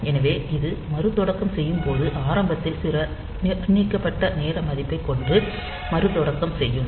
எனவே இது மறுதொடக்கம் செய்யப்படும் போது ஆரம்பத்தில் சில நிர்ணயிக்கப்பட்ட நேர மதிப்பைக் கொண்டு மறுதொடக்கம் செய்யும்